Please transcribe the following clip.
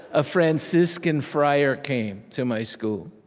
a franciscan friar came to my school,